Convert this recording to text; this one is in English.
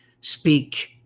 speak